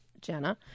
Jenna